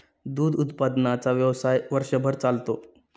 दूध उत्पादनाचा व्यवसाय वर्षभर चालतो